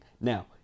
Now